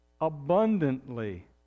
abundantly